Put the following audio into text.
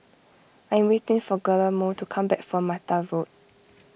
I am waiting for Guillermo to come back from Mata Road